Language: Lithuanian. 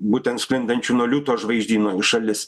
būtent sklindančių nuo liūto žvaigždyno į šalis